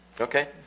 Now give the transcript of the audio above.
Okay